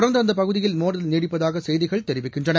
தொடர்ந்துஅந்தபகுதியில் மோதல் நீடிப்பதாகசெய்திகள் தெரிவிக்கின்றன